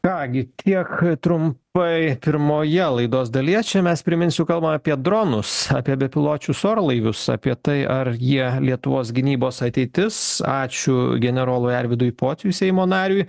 ką gi tiek trumpai pirmoje laidos dalyje čia mes priminsiu kalbam apie dronus apie bepiločius orlaivius apie tai ar jie lietuvos gynybos ateitis ačiū generolui arvydui pociui seimo nariui